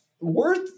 worth